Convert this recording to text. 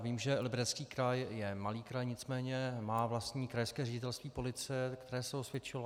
Vím, že Liberecký kraj je malý kraj, nicméně má vlastní krajské ředitelství policie, které se osvědčilo.